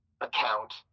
account